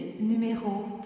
numéro